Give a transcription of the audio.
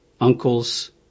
uncles